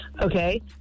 Okay